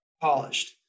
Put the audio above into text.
polished